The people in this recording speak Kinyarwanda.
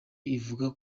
ivuga